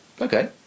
Okay